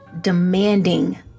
demanding